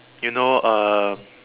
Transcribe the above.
you know um